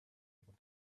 able